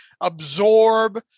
absorb